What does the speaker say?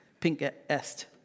pinkest